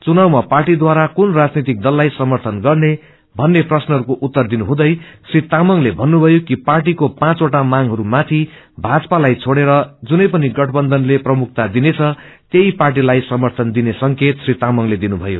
चुनावमा पाटीद्वारा कुन राजनैतिक दललाई समर्थन गर्ने थन्ने प्रश्नहरूको उत्तर दिनुहुँदै श्री तामंगले भन्नुभयो कि पार्टी पाँचवटा मांगहरूमाथि भाजपालाई छोड़ेर कुनैपनि गठबन्धनले प्रमुखाता दिनेछ त्यही पार्टीलाई समर्थन दिने संकेत श्री तामंगले दिनुभयो